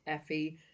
Effie